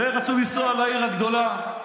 רצו לנסוע לעיר הגדולה,